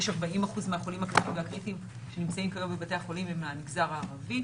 40% מהחולים הקשים והקריטיים שנמצאים כרגע הם מהמגזר הערבי.